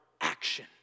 action